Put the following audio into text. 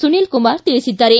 ಸುನೀಲ್ ಕುಮಾರ್ ತಿಳಿಸಿದ್ದಾರೆ